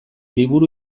liburu